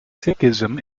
sikhism